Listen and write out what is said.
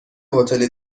هتل